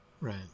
right